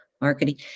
Marketing